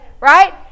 Right